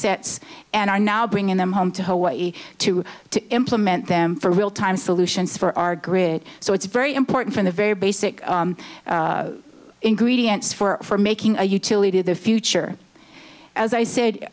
sets and are now bringing them home to hawaii to to implement them for real time solutions for our grid so it's very important from the very basic ingredients for making a utility to the future as i said